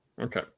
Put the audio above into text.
Okay